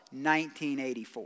1984